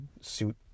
suit